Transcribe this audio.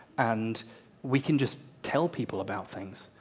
and we can just tell people about things.